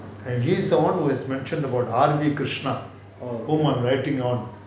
and he is the one who mentioned about R B krishna whom I'm writing on